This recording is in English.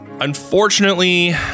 Unfortunately